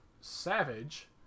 savage